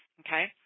okay